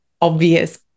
obvious